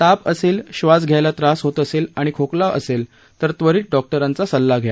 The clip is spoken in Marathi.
ताप असेल श्वास घ्यायला त्रास होत असेल आणि खोकला असेल तर त्वरित डॉक जिंचा सल्ला घ्या